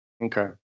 Okay